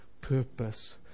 purpose